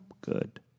good